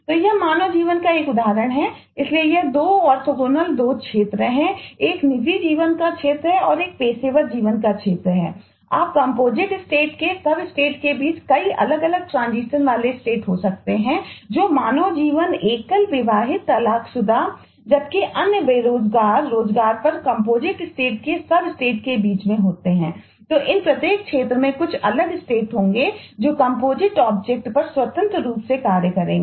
तो यह मानव जीवन का एक उदाहरण है इसलिए ये 2 ऑर्थोगोनल पर स्वतंत्र रूप से कार्य करेंगे